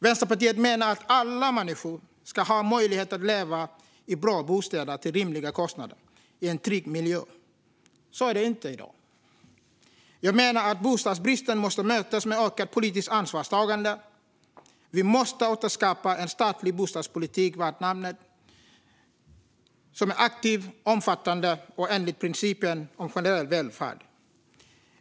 Vänsterpartiet menar att alla människor ska ha möjlighet att leva i bra bostäder till rimliga kostnader i en trygg miljö. Så är det inte i dag. Jag menar att bostadsbristen måste mötas med ökat politiskt ansvarstagande. Vi måste återskapa en statlig bostadspolitik värd namnet, som är aktiv, omfattande och enligt principen om generell välfärd.